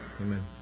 amen